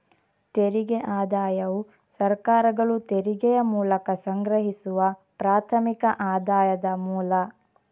ತೆರಿಗೆ ಆದಾಯವು ಸರ್ಕಾರಗಳು ತೆರಿಗೆಯ ಮೂಲಕ ಸಂಗ್ರಹಿಸುವ ಪ್ರಾಥಮಿಕ ಆದಾಯದ ಮೂಲ